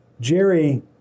Jerry